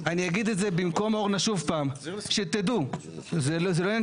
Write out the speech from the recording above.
ולהוציא עוד איזה חצי מטר למטבח,